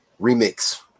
remix